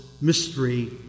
Mystery